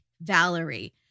Valerie